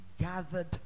gathered